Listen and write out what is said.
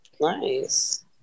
Nice